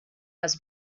les